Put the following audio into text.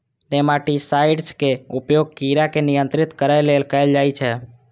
nematicides के उपयोग कीड़ा के नियंत्रित करै लेल कैल जाइ छै